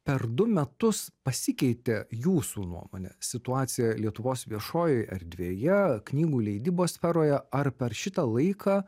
per du metus pasikeitė jūsų nuomone situacija lietuvos viešojoj erdvėje knygų leidybos sferoje ar per šitą laiką